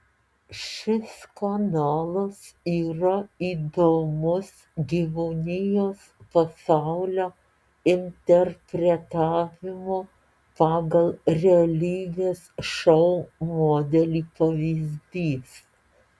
šis kanalas yra įdomus gyvūnijos pasaulio interpretavimo pagal realybės šou modelį pavyzdys